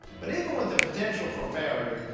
but even with the potential for failure,